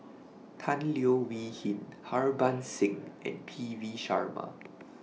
Tan Leo Wee Hin Harbans Singh and P V Sharma